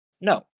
No